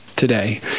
today